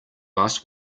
last